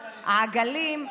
העגלים,